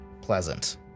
pleasant